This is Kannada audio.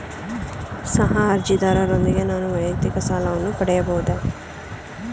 ಸಹ ಅರ್ಜಿದಾರರೊಂದಿಗೆ ನಾನು ವೈಯಕ್ತಿಕ ಸಾಲವನ್ನು ಪಡೆಯಬಹುದೇ?